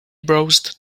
browsed